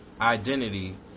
identity